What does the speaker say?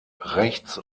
rechts